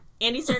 Andy